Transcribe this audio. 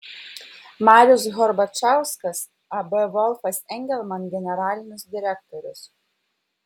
marius horbačauskas ab volfas engelman generalinis direktorius